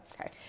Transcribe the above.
Okay